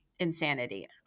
Insanity